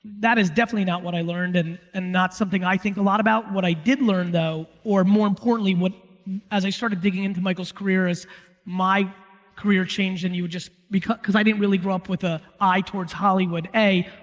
that is definitely not what i learned and and not something i think a lot about. what i did learn though, or more importantly what as i started digging into michael's career, is my career changed, and because because i didn't really grow up with a eye towards hollywood a,